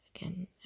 again